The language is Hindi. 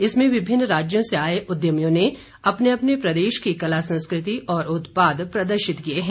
इसमें विभिन्न राज्यों से आए उद्यमियों ने अपने अपने प्रदेश की कला संस्कृति और उत्पाद प्रदर्शित किए हैं